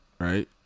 right